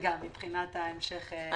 לרגע מבחינת המשך השליחות.